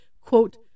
quote